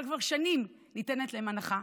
אבל כבר שנים ניתנת להן הנחה,